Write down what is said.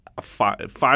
five